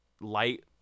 light